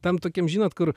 tam tokiam žinot kur